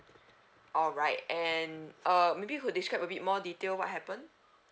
alright and uh maybe you could describe a bit more detail what happened